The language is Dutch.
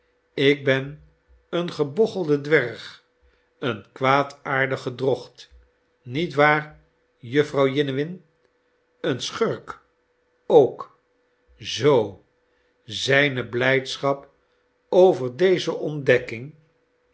ik ben een gebochelde dwerg een kwaadaardig gedrocht niet waar jufvrouw jiniwin een schurk ook zoo zijne blijdschap over deze ontdekking